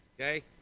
okay